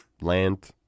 Land